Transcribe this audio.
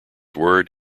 word